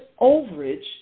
overage